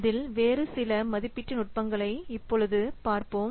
அதில் வேறு சில மதிப்பீட்டு நுட்பங்களை இப்பொழுது பார்ப்போம்